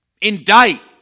indict